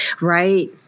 right